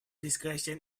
discretion